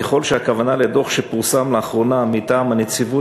ככל שהכוונה לדוח שפורסם לאחרונה מטעם הנציבות